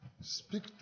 speak